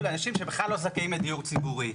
לאנשים שבכלל לא זכאים לדיור ציבורי.